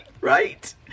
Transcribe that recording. Right